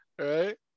Right